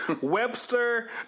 Webster